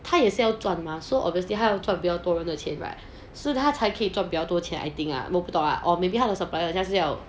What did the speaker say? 他也是要赚 mah so obviously 他要赚比较多人的钱 right so that 他才可以做比较多钱 I think ah 我不懂 ah or maybe 他的 supplier 好像是要